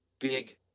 Big